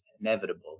inevitable